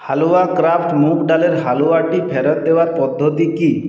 হালুয়া craft মুগ ডালের হালুয়াটি ফেরত দেওয়ার পদ্ধতি কি